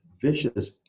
vicious